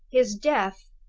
his death!